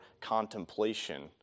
contemplation